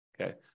Okay